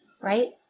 right